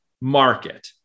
market